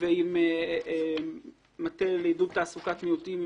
ועם מטה לעידוד תעסוקת מיעוטים.